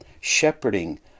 shepherding